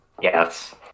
Yes